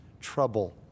trouble